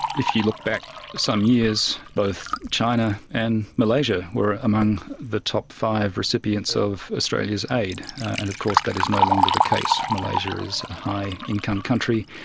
if you look back some years, both china and malaysia were among the top five recipients of australia's aid, and of course that is no longer the case. malaysia is a high income country,